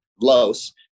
Los